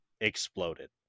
exploded